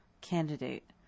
candidate